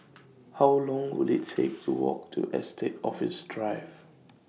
How Long Will IT Take to Walk to Estate Office Drive